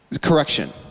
correction